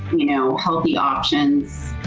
you know healthy options.